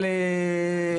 אני אומר את זה שוב,